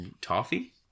Toffee